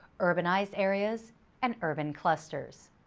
urbanized areas and urban clusters.